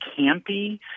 campy